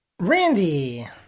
Randy